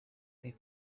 their